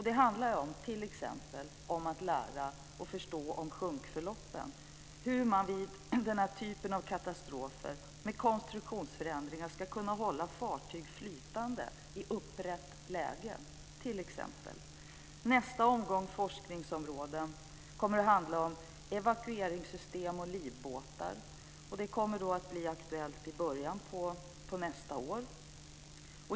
Det handlar t.ex. om att lära och förstå om sjunkförloppen, hur man vid den typen av katastrofer med hjälp av konstruktionsförändringar ska kunna hålla fartyg flytande i upprätt läge. Nästa omgång forskningsområden kommer att handla om evakueringssystem och livbåtar. Det kommer att bli aktuellt i början av nästa år.